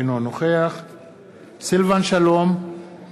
אינו נוכח סילבן שלום, אינו נוכח עפר